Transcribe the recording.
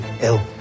ill